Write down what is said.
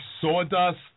sawdust